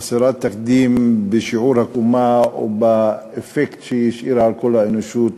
חסרת תקדים בשיעור הקומה ובאפקט שהשאירה על כל האנושות,